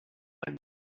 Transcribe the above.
and